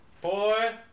Boy